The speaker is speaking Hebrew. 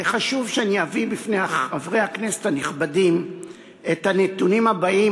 חשוב שאני אביא בפני חברי הכנסת הנכבדים את הנתונים הבאים,